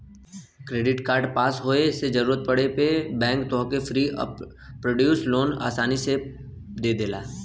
credit card पास होये से जरूरत पड़े पे बैंक तोहके प्री अप्रूव्ड लोन आसानी से दे देला